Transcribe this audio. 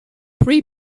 three